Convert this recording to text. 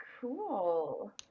cool